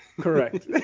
Correct